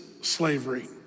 slavery